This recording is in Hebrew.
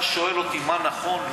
אתה שואל אותי מה נכון?